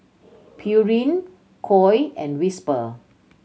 Pureen Koi and Whisper